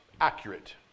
accurate